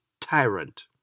tyrant